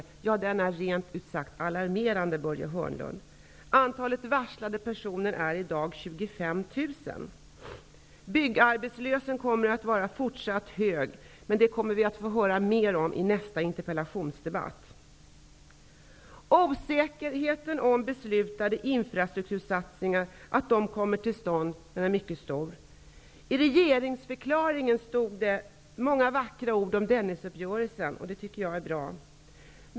Ja, Börje Hörnlund, den är rent ut sagt alarmerande. Antalet varslade personer i dag är 25 000. Byggarbetslösheten kommer att vara fortsatt hög, men det kommer vi att få höra mer om i nästa interpellationsdebatt. Osäkerheten om att beslutade infrastruktursatsningar kommer till stånd är mycket stor. I regeringsförklaringen stod det många vackra ord om Dennisuppgörelsen. Den tycker jag är bra.